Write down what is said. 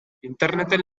interneten